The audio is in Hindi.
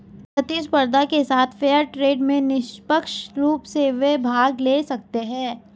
प्रतिस्पर्धा के साथ फेयर ट्रेड में निष्पक्ष रूप से वे भाग ले सकते हैं